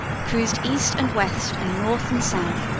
cruised east and west and north and south,